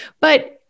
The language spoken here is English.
But-